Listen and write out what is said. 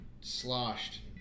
sloshed